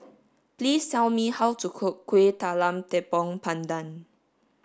please tell me how to cook Kuih Talam Tepong Pandan